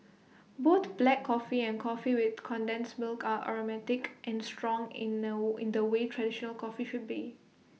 both black coffee and coffee with condensed milk are aromatic and strong in the in the way traditional coffee should be